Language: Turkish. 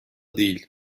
değil